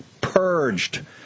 purged